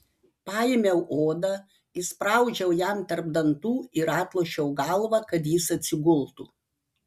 paėmiau odą įspraudžiau jam tarp dantų ir atlošiau galvą kad jis atsigultų